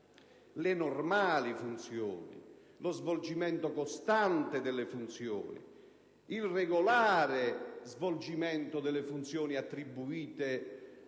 le normali funzioni, lo svolgimento costante delle funzioni, il regolare svolgimento delle funzioni attribuite